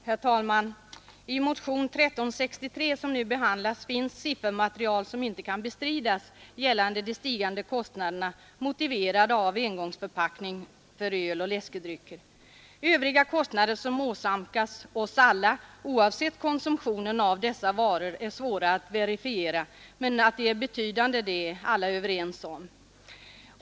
Herr talman! I motionen 1363, som nu behandlas, finns siffermaterial som inte kan bestridas gällande de stigande kostnaderna motiverade av engångsförpackningar för öl och läskedrycker. Övriga kostnader som åsamkas oss alla oavsett konsumtionen av dessa varor är svårare att verifiera, men att de är betydande är vi alla överens om.